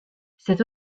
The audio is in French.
cette